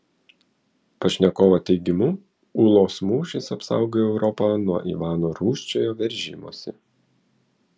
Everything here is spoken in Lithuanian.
pašnekovo teigimu ūlos mūšis apsaugojo europą nuo ivano rūsčiojo veržimosi